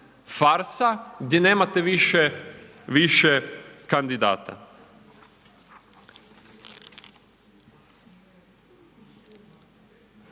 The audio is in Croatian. farsa gdje nemate više kandidata.